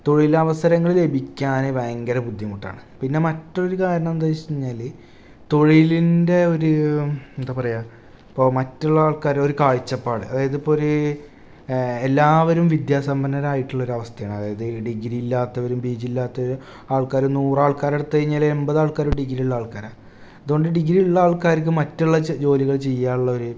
തൊഴിലവസരങ്ങൾ ലഭിക്കാൻ ഭയങ്കര ബുദ്ധിമുട്ടാണ് പിന്നെ മറ്റൊരു കാരണമെന്താ എന്നു വെച്ചാൽ തൊഴിലിൻ്റെ ഒരു എന്താപറയുക ഇപ്പോൾ മറ്റുള്ള ആൾക്കാർ അതായത് ഇപ്പോൾ ഒരു എല്ലാവരും വിദ്യാസമ്പന്നരായിട്ടുള്ളൊരവസ്ഥയാണ് അതായത് ഡിഗ്രി ഇല്ലാത്തവരും പീ ജി യില്ലാത്തവരും ആൾക്കാർ ഒരു നൂറ് ആൾക്കാരെ എടുത്തു കഴിഞ്ഞാൽ ഒരു എൺപത് ആൾക്കാരും ഡിഗ്രിയുള്ള ആൾക്കാരാ അതുകൊണ്ട് ഡിഗ്രിയുള്ള ആൾക്കാർക്ക് മറ്റുള്ള ജോലികൾ ചെയ്യാനുള്ളൊരു